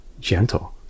gentle